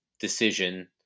decision